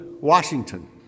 Washington